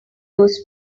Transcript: used